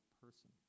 person